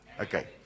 okay